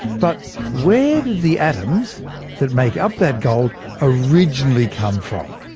but where did the atoms that make up that gold originally come from,